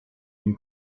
une